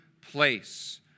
place